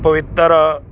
ਪਵਿੱਤਰ